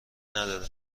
نداره